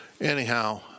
Anyhow